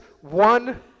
one